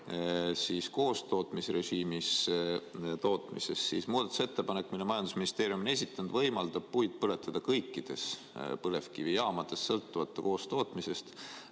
ploki koostootmisrežiimis tootmisest, siis muudatusettepanek, mille majandusministeerium on esitanud, võimaldab puid põletada kõikides põlevkivijaamades sõltumata koostootmisest.